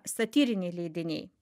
satyriniai leidiniai